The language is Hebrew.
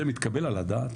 זה מתקבל על הדעת?